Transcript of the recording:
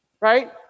Right